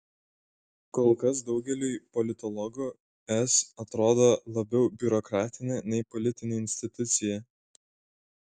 kol kas daugeliui politologų es atrodo labiau biurokratinė nei politinė institucija